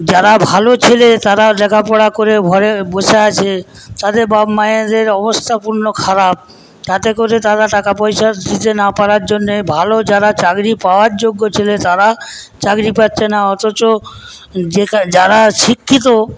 যারা ভালো ছেলে তারা লেখাপড়া করে ঘরে বসে আছে তাদের বাপ মায়েদের অবস্থা খুব খারাপ তাতে করে তারা টাকা পয়সা দিতে না পারার জন্যে ভালো যারা চাকরি পাওয়ার যোগ্য ছেলে তারা চাকরি পাচ্ছে না অথচ যে যারা শিক্ষিত